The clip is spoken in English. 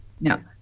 No